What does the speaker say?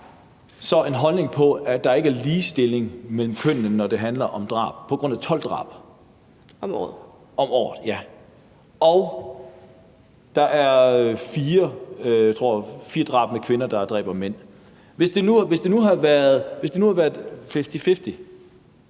så en holdning om, at der ikke er ligestilling mellem kønnene, når det handler om drab, på 12 drab om året, og jeg tror, der er fire drab, hvor kvinder dræber mænd. Hvis det nu havde været